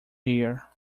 here